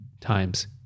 times